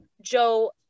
Joe